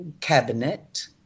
cabinet